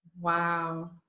Wow